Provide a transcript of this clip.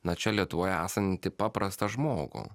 na čia lietuvoje esantį paprastą žmogų